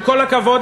עם כל הכבוד,